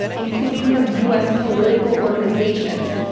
including from u. s. political organizations.